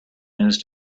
news